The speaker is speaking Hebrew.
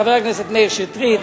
את חבר הכנסת מאיר שטרית,